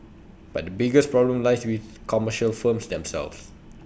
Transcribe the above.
but the biggest problem lies with commercial firms themselves